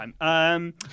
time